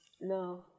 No